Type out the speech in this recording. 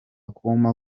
kumpa